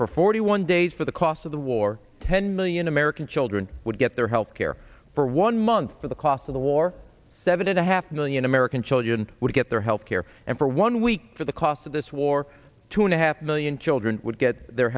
for forty one days for the cost of the war ten million american children would get their health care for one month for the cost of the war seven and a half million american children would get their health care and for one week for the cost of this war two and a half million children would get their